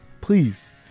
Please